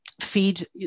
feed